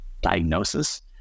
diagnosis